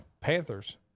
Panthers